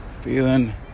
feeling